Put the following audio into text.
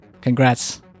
Congrats